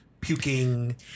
puking